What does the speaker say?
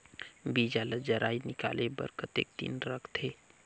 बीजा ला जराई निकाले बार कतेक दिन रखथे?